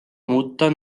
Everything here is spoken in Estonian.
muuta